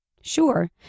Sure